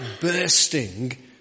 bursting